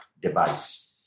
device